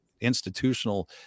institutional